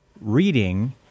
reading